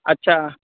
ᱟᱪᱪᱷᱟ